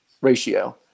ratio